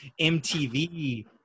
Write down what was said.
MTV